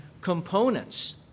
components